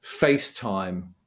FaceTime